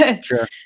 Sure